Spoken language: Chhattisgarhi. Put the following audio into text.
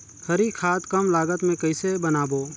हरी खाद कम लागत मे कइसे बनाबो?